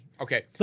Okay